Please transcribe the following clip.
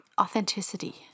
Authenticity